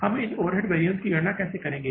हम इन overhead variance की गणना कैसे करेंगे